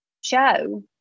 show